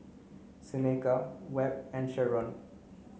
Seneca Webb and Sherron